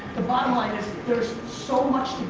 bottom line is, there's so much